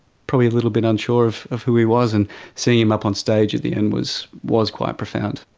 probably a little bit unsure of of who he was, and seeing him up on stage at the end was was quite profound.